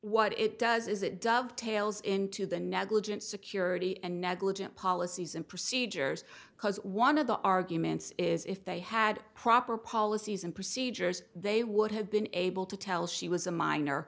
what it does is it dovetails into the negligent security and negligent policies and procedures because one of the arguments is if they had proper policies and procedures they would have been able to tell she was a minor